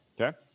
Okay